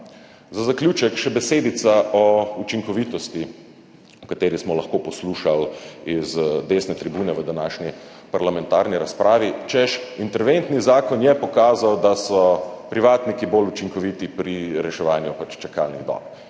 Za zaključek še besedica o učinkovitosti, o kateri smo lahko poslušali z desne tribune v današnji parlamentarni razpravi, češ, interventni zakon je pokazal, da so privatniki bolj učinkoviti pri reševanju čakalnih dob.